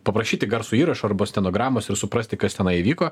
paprašyti garso įrašo arba stenogramos ir suprasti kas tenai įvyko